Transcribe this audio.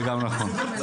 זה נכון.